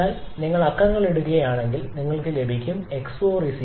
അതിനാൽ നിങ്ങൾ അക്കങ്ങൾ ഇടുകയാണെങ്കിൽ നിങ്ങൾക്ക് ലഭിക്കും 𝑥4 0